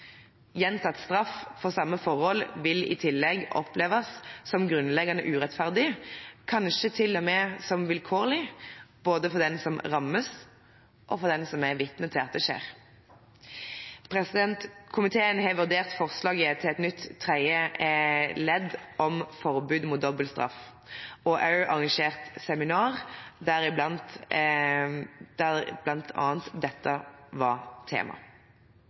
Gjentatt straff for samme forhold vil i tillegg oppleves som grunnleggende urettferdig, kanskje til og med som vilkårlig, både for den som rammes, og for den som er vitne til at det skjer. Komiteen har vurdert forslaget til et nytt tredje ledd om forbud mot dobbeltstraff, og også arrangert seminar, der bl.a. dette var tema. Det var